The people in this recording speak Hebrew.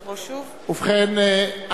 ובכן,